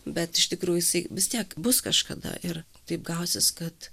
bet iš tikrųjų jisai vis tiek bus kažkada ir taip gausis kad